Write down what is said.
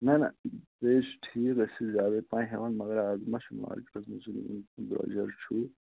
نہَ نہَ تہِ ہے چھُ ٹھیٖک أسۍ چھِ زِیادے پَہم ہیٚوان مَگر اَز ما چھُ مارکیٹس منٛز چھُ درٛۅجر چھُ